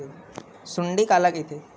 सुंडी काला कइथे?